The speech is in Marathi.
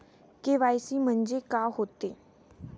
के.वाय.सी म्हंनजे का होते?